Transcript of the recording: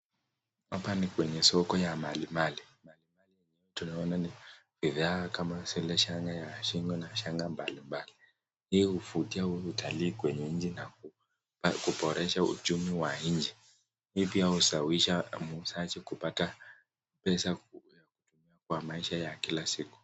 Hapa ni kwenye soko ya mali mali , tunaona bidhaa kama zile shanga ya shingo na shanga mbali mbali. Hii huvutia utalii kwenye nchi na kuboresha uchumi wa nchi. Hii pia husawisha muuzaji kupata pesa kwa maisha ya kila siku.